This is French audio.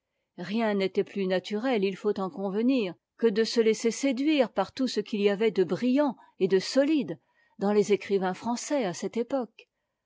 rien n'était plus naturel il faut en convenir que de se laisser séduire par tout ce qu'il y avait de brillant et de solide dans les écrivains français à cette époque